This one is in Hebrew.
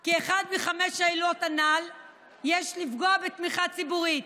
כי באחת מחמש העילות הנ"ל יש לפגוע בתמיכה ציבורית: